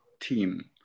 team